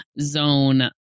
zone